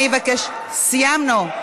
אני מבקשת, סיימנו.